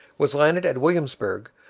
was landed at williamsburg,